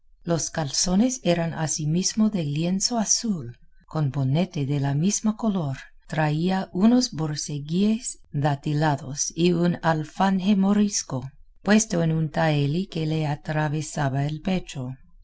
los calzones eran asimismo de lienzo azul con bonete de la misma color traía unos borceguíes datilados y un alfanje morisco puesto en un tahelí que le atravesaba el pecho